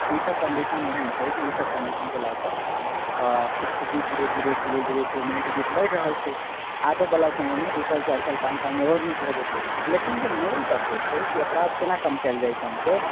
ई सभ कन्डीशन एहन छै कि ई सभ कन्डीशनके लऽकऽ स्थिति धीरे धीरे धीरे धीरे इम्प्रूवमेन्ट दिस बढ़ि रहल छै आबऽ वाला समयमे दू साल चारि साल पाँच साल समयमे आओर नीक भए जेतै लेकिन जे मूल तत्व छै कि अपराध केना कम कएल जाए एहिठामके